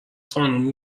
خانم